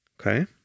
Okay